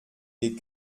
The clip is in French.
des